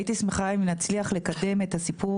הייתי שמחה אם נצליח לקדם את הסיפור